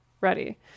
ready